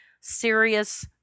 serious